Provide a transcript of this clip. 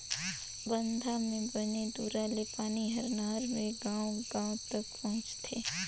बांधा म बने दूरा ले पानी हर नहर मे गांव गांव तक पहुंचथे